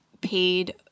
paid